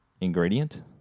ingredient